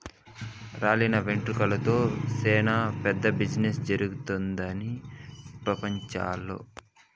రాలిన వెంట్రుకలతో సేనా పెద్ద బిజినెస్ జరుగుతుండాది పెపంచంల